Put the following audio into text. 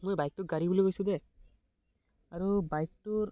মই বাইকটোক গাড়ী বুলি কৈছোঁ দেই আৰু বাইকটোৰ